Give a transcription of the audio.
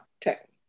tech